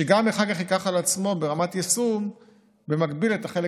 שאחר כך גם ייקח על עצמו ברמת היישום את החלק